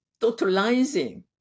totalizing